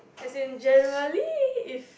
as in generally is